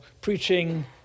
preaching